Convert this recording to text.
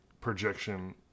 projection